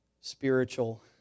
spiritual